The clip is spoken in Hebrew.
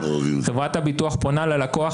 חברת הביטוח פונה ללקוח.